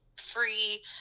free